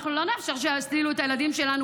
אנחנו לא נאפשר שיסלילו את הילדים שלנו,